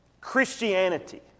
Christianity